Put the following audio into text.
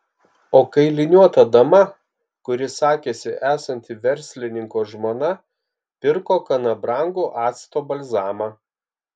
o kailiniuota dama kuri sakėsi esanti verslininko žmona pirko gana brangų acto balzamą